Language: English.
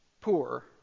poor